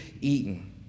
eaten